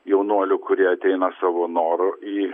jaunuolių kurie ateina savo noru į